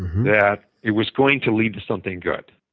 that it was going to lead to something good.